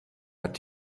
hat